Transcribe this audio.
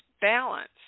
balance